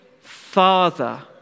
Father